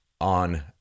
on